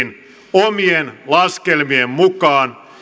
omienkin laskelmien mukaan